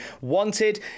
wanted